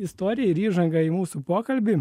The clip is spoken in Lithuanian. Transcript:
istorija ir įžanga į mūsų pokalbį